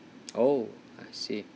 oh I see